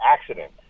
accident